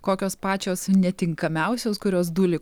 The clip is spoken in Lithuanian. kokios pačios netinkamiausios kurios dūli